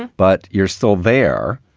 but you're still there,